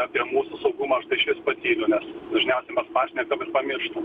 apie mūsų saugumą aš tai išvis patyliu nes dažniausiai mes pašnekam ir pamirštam